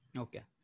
okay